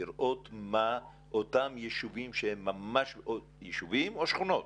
לראות מה אותם יישובים או שכונות